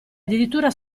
addirittura